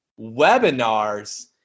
webinars